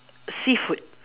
seafood